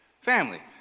family